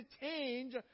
change